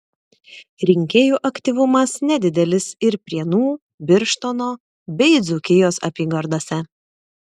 rinkėjų aktyvumas nedidelis ir prienų birštono bei dzūkijos apygardose